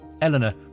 Eleanor